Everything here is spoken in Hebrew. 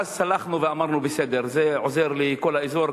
ואז סלחנו ואמרנו: בסדר, זה עוזר לכל האזור.